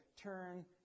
turn